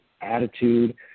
attitude